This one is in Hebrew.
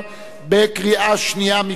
בקריאה שנייה מקשה אחת.